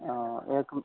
और एक